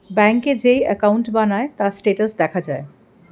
ব্যাংকে যেই অ্যাকাউন্ট বানায়, তার স্ট্যাটাস দেখা যায়